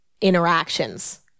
interactions